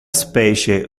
specie